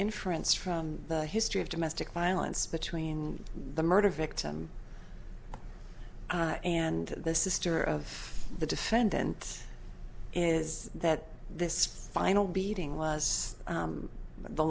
inference from the history of domestic violence between the murder victim and the sister of the defendant is that this final beating was